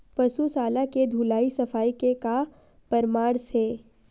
पशु शाला के धुलाई सफाई के का परामर्श हे?